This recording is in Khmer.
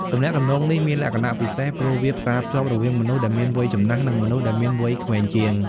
ទំនាក់ទំនងនេះ មានលក្ខណៈពិសេសព្រោះវាផ្សារភ្ជាប់រវាងមនុស្សដែលមានវ័យចំណាស់ និងមនុស្សដែលមានវ័យក្មេងជាង។